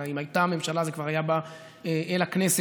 אם הייתה ממשלה זה כבר היה בא אל הכנסת,